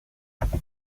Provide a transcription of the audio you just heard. grâce